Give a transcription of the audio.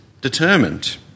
determined